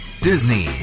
Disney